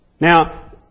Now